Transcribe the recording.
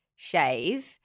shave